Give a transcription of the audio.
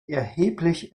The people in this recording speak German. erheblich